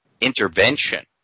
intervention